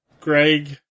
Greg